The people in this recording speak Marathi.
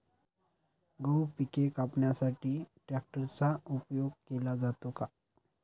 गहू पिके कापण्यासाठी ट्रॅक्टरचा उपयोग केला जातो का?